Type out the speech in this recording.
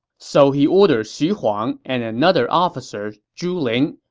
so he ordered xu huang and another officer, zhu ling,